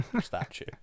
statue